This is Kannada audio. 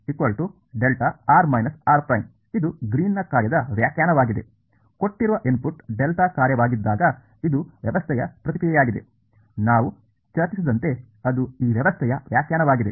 ಡೆಲ್ಟಾ ಇದು ಗ್ರೀನ್ನ ಕಾರ್ಯದ ವ್ಯಾಖ್ಯಾನವಾಗಿದೆ ಕೊಟ್ಟಿರುವ ಇನ್ಪುಟ್ ಡೆಲ್ಟಾ ಕಾರ್ಯವಾಗಿದ್ದಾಗ ಇದು ವ್ಯವಸ್ಥೆಯ ಪ್ರತಿಕ್ರಿಯೆಯಾಗಿದೆ ನಾವು ಚರ್ಚಿಸಿದಂತೆ ಅದು ಈ ವ್ಯವಸ್ಥೆಯ ವ್ಯಾಖ್ಯಾನವಾಗಿದೆ